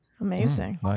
Amazing